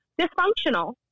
dysfunctional